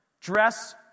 Dress